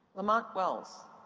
mont wells.